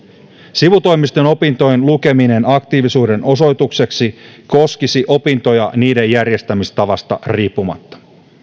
sivutoimisten opintojen lukeminen aktiivisuuden osoitukseksi koskisi opintoja niiden järjestämistavasta riippumatta